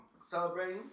Celebrating